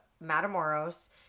Matamoros